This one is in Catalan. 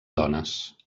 dones